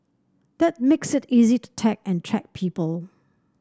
that makes it easy to tag and track people